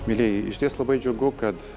mielieji išties labai džiugu kad